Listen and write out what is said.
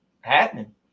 happening